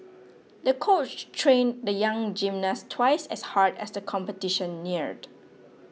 the coach trained the young gymnast twice as hard as the competition neared